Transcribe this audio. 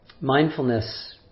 Mindfulness